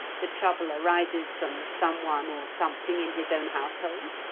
the trouble arises from someone or something in his own household?